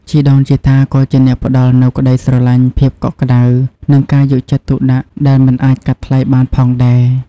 ជីដូនជីតាក៏ជាអ្នកផ្តល់នូវក្តីស្រឡាញ់ ភាពកក់ក្តៅ និងការយកចិត្តទុកដាក់ដែលមិនអាចកាត់ថ្លៃបានផងដែរ។